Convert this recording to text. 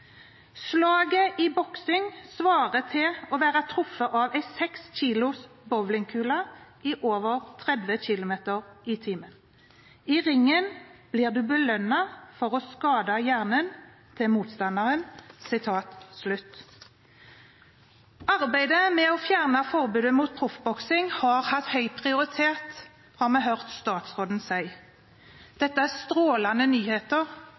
«Slaga i boksing svarar til å verte treft av ei seks kilos bowlingkule i over 30 km/t. I ringen vert du lønna for å skade hjernen til motstandaren.» Arbeidet med å fjerne forbudet mot proffboksing har hatt høy prioritet, har vi hørt statsråden si. «Dette er strålende nyheter»,